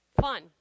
fun